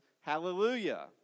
hallelujah